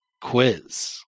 quiz